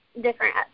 different